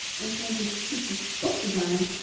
in terms of keats's so book design,